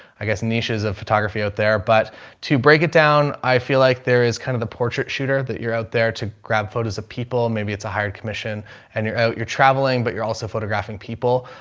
i guess, niches of photography out there. but to break it down, i feel like there is kind of the portrait shooter that you're out there to grab photos of people. maybe it's a higher commission and you're out, you're traveling, but you're also photographing people.